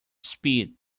speed